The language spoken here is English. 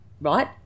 right